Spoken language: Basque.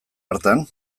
hartan